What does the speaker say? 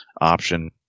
option